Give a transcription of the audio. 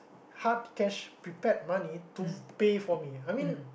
hard cash prepare money to pay for me I mean